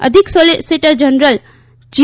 અધિક solicitor general જી